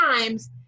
times